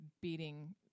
beating